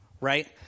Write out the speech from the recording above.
Right